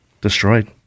destroyed